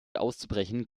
auszubrechen